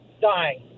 dying